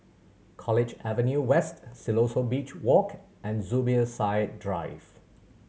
College Avenue West Siloso Beach Walk and Zubir Said Drive